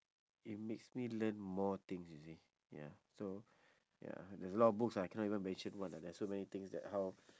it makes me learn more things you see ya so ya there's a lot of books I cannot even mention one ah there are so many things that how